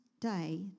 day